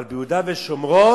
אבל ביהודה ושומרון?